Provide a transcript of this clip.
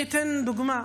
אני אתן דוגמה.